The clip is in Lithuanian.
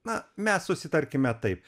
na mes susitarkime taip